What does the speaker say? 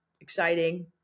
exciting